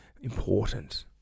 important